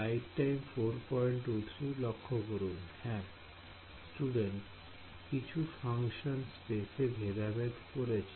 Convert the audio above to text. Student হ্যাঁ Student কিছু function স্পেসে ভেদাভেদ করছে